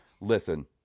Listen